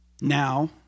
Now